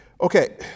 Okay